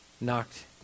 knocked